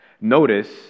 Notice